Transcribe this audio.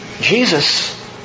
Jesus